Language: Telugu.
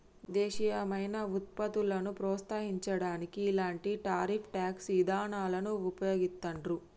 దేశీయమైన వుత్పత్తులను ప్రోత్సహించడానికి ఇలాంటి టారిఫ్ ట్యేక్స్ ఇదానాలను వుపయోగిత్తండ్రు